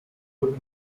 wurden